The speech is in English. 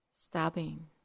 stabbing